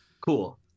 Cool